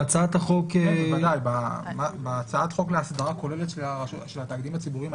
בהצעת חוק להסדרה כוללת של התאגידים הציבוריים,